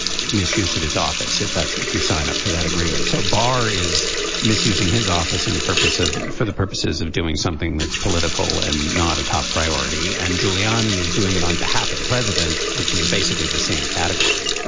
misuse of his office. if that's if you sign up to that agreement so barr is misusing his office and the purpose of for the purposes of doing something that's political and not a top priority. and giuliani is doing it on behalf of the president which is basically the same category